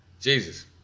Jesus